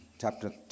chapter